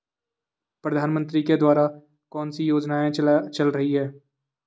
प्रधानमंत्री के द्वारा कौनसी योजनाएँ चल रही हैं?